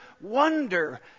wonder